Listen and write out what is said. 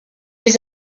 his